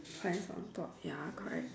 five on top ya correct